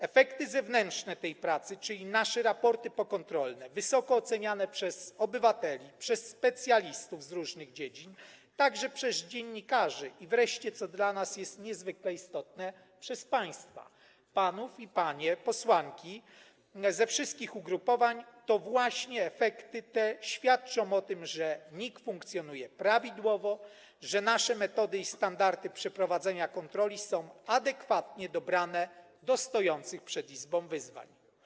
Efekty zewnętrzne tej pracy, czyli nasze raporty pokontrolne, wysoko oceniane przez obywateli, przez specjalistów z różnych dziedzin, także przez dziennikarzy i wreszcie, co dla nas jest niezwykle istotne, przez państwa, panów posłów i panie posłanki ze wszystkich ugrupowań, świadczą o tym, że NIK funkcjonuje prawidłowo, że nasze metody i standardy przeprowadzania kontroli są adekwatnie dobrane do stojących przed Izbą wyzwań.